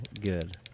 good